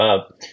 up